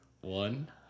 One